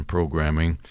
Programming